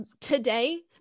today